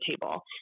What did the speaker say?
table